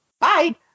Bye